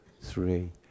three